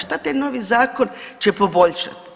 Šta taj novi zakon će poboljšati?